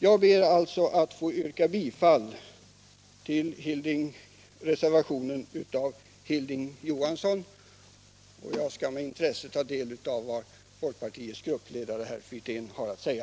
Jag ber, herr talman, att få yrka bifall till reservationen av Hilding Johansson, och jag skall med intresse ta del av vad folkpartiets gruppledare herr Wirtén har att säga.